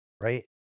Right